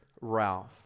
Ralph